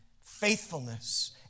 faithfulness